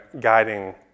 guiding